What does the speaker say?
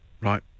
Right